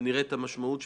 נראה את המשמעות.